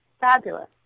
Fabulous